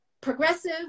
Progressive